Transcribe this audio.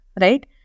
right